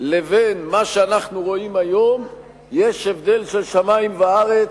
לבין מה שאנחנו רואים היום יש הבדל של שמים וארץ,